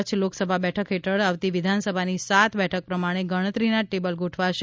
કચ્છ લોકસભા બેઠક હેઠળ આવતી વિધાનસભાની સાત બેઠક પ્રમાણે ગણતરીના ટેબલ ગોઠવાશે